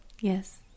Yes